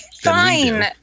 Fine